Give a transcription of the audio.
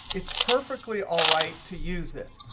it's perfectly all right to use this.